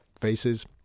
Faces